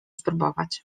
spróbować